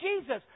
Jesus